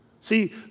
See